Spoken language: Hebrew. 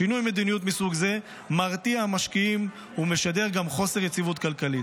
שינויי מדיניות מסוג זה מרתיעים משקיעים ומשדרים חוסר יציבות כלכלית.